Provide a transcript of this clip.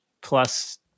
plus